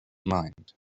mind